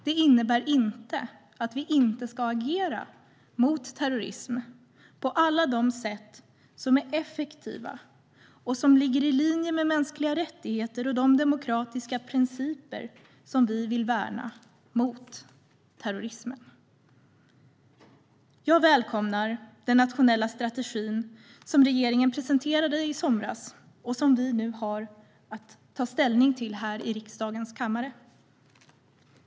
Det innebär inte att vi inte ska agera mot terrorism på alla de sätt som är effektiva och som ligger i linje med mänskliga rättigheter och de demokratiska principer som vi vill värna mot terrorismen. Jag välkomnar den nationella strategi som regeringen presenterade i somras och som vi nu har att ta ställning till här i riksdagens kammare.